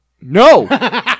no